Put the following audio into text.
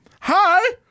Hi